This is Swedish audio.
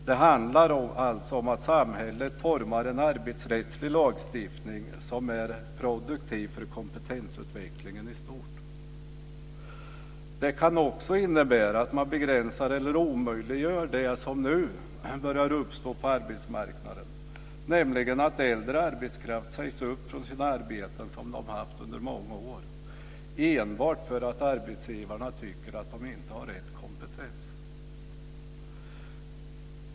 Det handlar alltså om att samhället formar en arbetsrättslig lagstiftning som är produktiv för kompetensutvecklingen i stort. Det kan också innebära att man begränsar eller omöjliggör det som nu börjar uppstå på arbetsmarknaden, nämligen att äldre arbetstagare sägs upp från sina arbeten som de haft under många år enbart för att arbetsgivarna tycker att de inte har rätt kompetens.